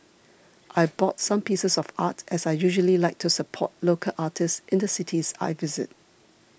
I bought some pieces of art as I usually like to support local artists in the cities I visit